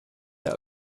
der